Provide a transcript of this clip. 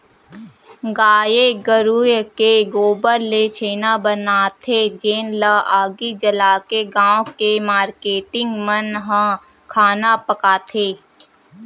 गाये गरूय के गोबर ले छेना बनाथे जेन ल आगी जलाके गाँव के मारकेटिंग मन ह खाना पकाथे